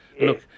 Look